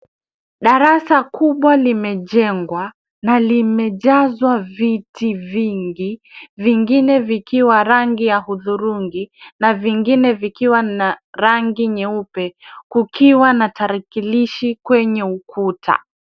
Darasa kubwa limejengwa na limejazwa viti vingi, vingine vikiwa rangi ya hudhurungi na vingine vikiwa na rangi nyeupe kukiwa na tarakilishi kwenye ukuta.